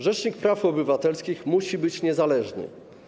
Rzecznik praw obywatelskich musi być niezależny.